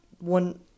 one